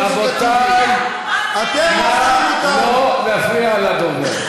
רבותי, נא לא להפריע לדובר.